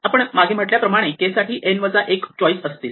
आपण मागे म्हटल्याप्रमाणे k साठी n वजा 1 चॉईस असतील